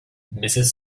mrs